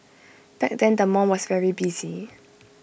back then the mall was very busy